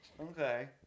Okay